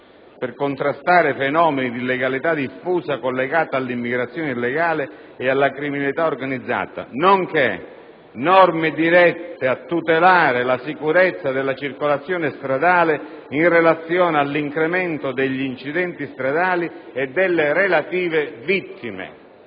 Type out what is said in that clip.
per contrastare fenomeni di illegalità diffusa collegati alla immigrazione illegale e alla criminalità organizzata, nonché norme dirette a tutelare la sicurezza della circolazione stradale in relazione all'incremento degli incidenti stradali e delle relative vittime».